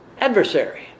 adversary